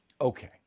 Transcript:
Okay